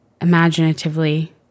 imaginatively